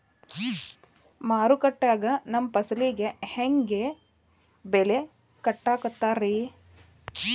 ಮಾರುಕಟ್ಟೆ ಗ ನಮ್ಮ ಫಸಲಿಗೆ ಹೆಂಗ್ ಬೆಲೆ ಕಟ್ಟುತ್ತಾರ ರಿ?